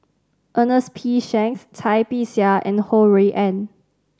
Ernest P Shanks Cai Bixia and Ho Rui An